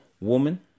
Woman